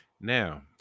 Now